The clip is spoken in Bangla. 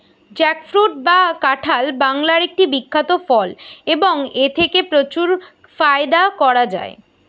জ্যাকফ্রুট বা কাঁঠাল বাংলার একটি বিখ্যাত ফল এবং এথেকে প্রচুর ফায়দা করা য়ায়